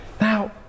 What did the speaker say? Now